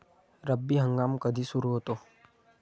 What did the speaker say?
रब्बी हंगाम कधी सुरू होतो?